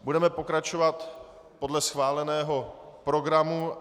Budeme pokračovat podle schváleného programu.